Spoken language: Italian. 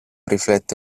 riflette